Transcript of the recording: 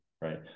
right